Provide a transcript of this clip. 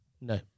No